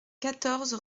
quatorze